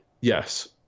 Yes